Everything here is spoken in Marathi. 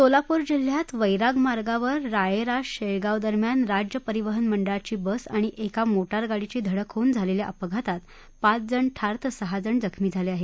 सोलापूर जिल्ह्यात वैराग मार्गावर राळेरास शेळगाव दरम्यान राज्य परिवहन मंडळाची बस आणि एका मोटार गाडीची धडक होऊन झालेल्या अपघातात पाचजण ठार तर सहाजण जखमी झाले आहेत